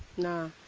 no.